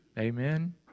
Amen